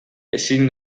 ezin